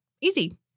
Easy